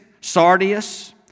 sardius